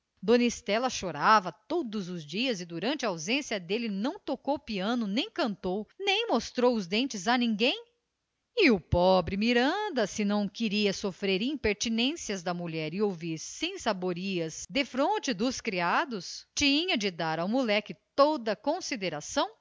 dona estela chorava todos os dias e durante a ausência dele não tocou piano nem cantou nem mostrou os dentes a ninguém e o pobre miranda se não queria sofrer impertinências da mulher e ouvir sensaborias defronte dos criados tinha de dar ao moleque toda a consideração